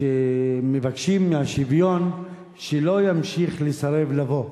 ומבקשים שהשוויון לא ימשיך לסרב לבוא,